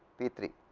p three,